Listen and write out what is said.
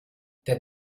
der